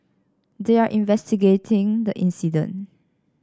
they are investigating the incident